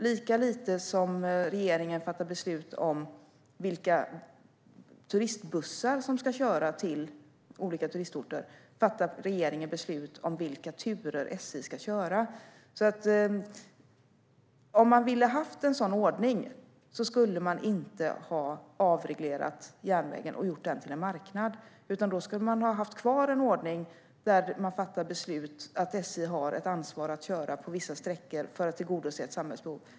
Lika lite som regeringen fattar beslut om vilka turistbussar som ska köra till olika turistorter fattar regeringen beslut om vilka turer SJ ska köra. Om man hade velat ha en sådan ordning skulle man inte ha avreglerat järnvägen och gjort den till en marknad. Då skulle man ha haft kvar en ordning där man fattar beslut att SJ har ett ansvar att köra på vissa sträckor för att tillgodose ett samhällsbehov.